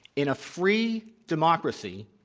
in a free democracy,